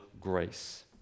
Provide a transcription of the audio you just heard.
grace